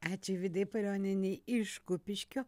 ačiū vidai palionienei iš kupiškio